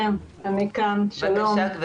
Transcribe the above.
בבקשה.